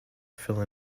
phil